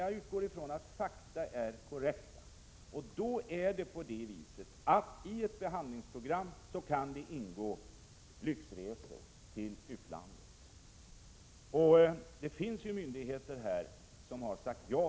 Det är alltså ett faktum att en lyxresa till utlandet kan ingå i ett behandlingsprogram. Det finns myndigheter som har sagt ja.